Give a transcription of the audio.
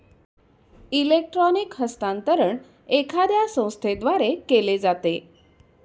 electronic हस्तांतरण एखाद्या संस्थेद्वारे केले जाते